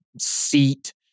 seat